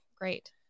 great